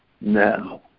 now